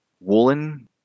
woolen